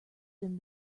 been